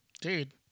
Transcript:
Dude